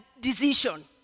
decision